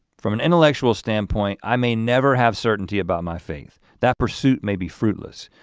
from an intellectual standpoint, i may never have certainty about my faith. that pursuit may be fruitless.